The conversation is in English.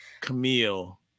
camille